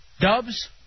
Dubs